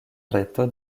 reto